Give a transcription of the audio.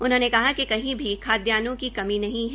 उन्होंने कहा कि कही भी खाद्ययान्नों की कमी नहीं है